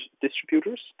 distributors